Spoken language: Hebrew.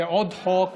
זה עוד חוק